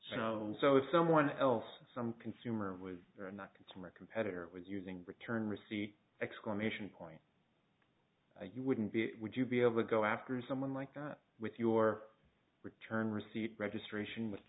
so so that someone else in some consumer would not consumer competitor with using return receipt exclamation point you wouldn't be would you be able to go after someone like that with your return receipt registration with